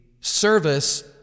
service